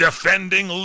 Defending